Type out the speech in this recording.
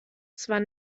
zwar